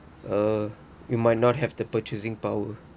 uh you might not have the purchasing power